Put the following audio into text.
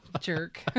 jerk